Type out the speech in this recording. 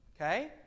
Okay